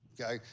Okay